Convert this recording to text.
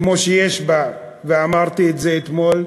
כמו שיש בה אנטבה, ואמרתי את זה אתמול,